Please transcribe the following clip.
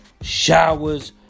showers